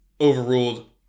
overruled